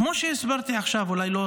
כמו שהסברתי עכשיו, אולי לא